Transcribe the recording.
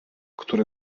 który